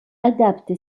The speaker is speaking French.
adapte